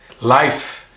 Life